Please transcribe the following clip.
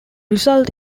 result